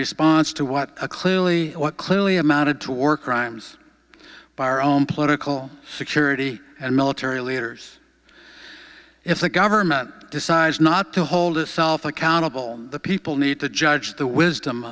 response to what clearly clearly amounted to war crimes by our own political security and military leaders if the government decides not to hold itself accountable the people need to judge the wisdom